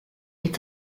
est